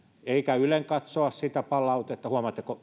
eikä ylenkatsoa sitä palautetta huomaatteko